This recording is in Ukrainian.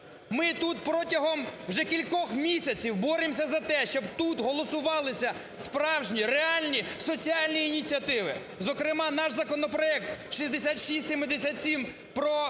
Ми тут протягом вже кількох місяців боремося за те, щоб тут голосувалися справжні, реальні соціальні ініціативи. Зокрема наш законопроект 6677 про другий